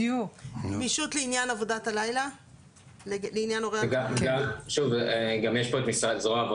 "גמישות לעניין עבודת הלילה לעניין הורה עצמאי"?